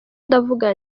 ndavuga